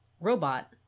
robot